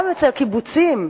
גם בקיבוצים,